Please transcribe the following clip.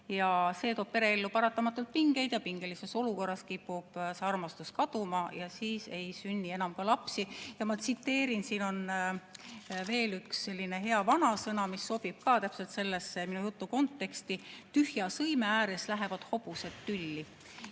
See toob pereellu paratamatult pingeid, aga pingelises olukorras kipub armastus kaduma ja siis ei sünni enam ka lapsi. Ma tsiteerin veel ühte sellist head vanasõna, mis sobib täpselt minu jutu konteksti: "Tühja sõime ääres lähevad hobused tülli."